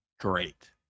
great